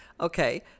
Okay